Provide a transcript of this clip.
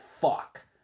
fuck